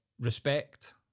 respect